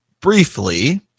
briefly